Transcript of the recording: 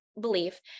belief